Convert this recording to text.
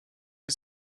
who